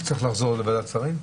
זה צריך לחזור לוועדת שרים?